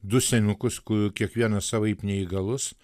du senukus kur kiekvienas savaip neįgalus